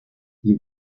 you